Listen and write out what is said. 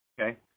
Okay